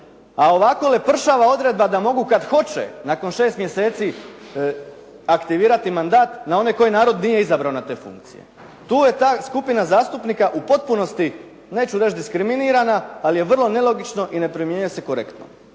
a ovako lepršava odredba da mogu kad hoće nakon 6 mjeseci aktivirati mandat na one koje narod nije izabrao na te funkcije. Tu je ta skupina zastupnika u potpunosti, neću reći diskriminirana, ali je vrlo nelogična i ne primjenjuje se korektno.